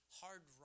hard